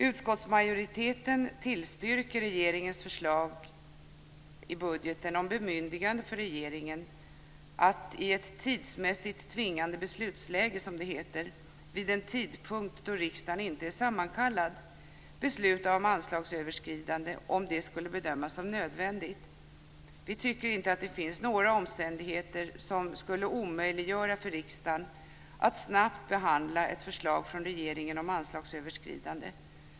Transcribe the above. Utskottsmajoriteten tillstyrker regeringens förslag i budgeten om bemyndigande för regeringen att i ett tidsmässigt tvingande beslutsläge, som det heter, vid en tidpunkt då riksdagen inte är sammankallad besluta om anslagsöverskridande om det skulle bedömas som nödvändigt. Vi tycker inte att det finns några omständigheter som skulle omöjliggöra för riksdagen att snabbt behandla ett förslag från regeringen om anslagsöverskridande.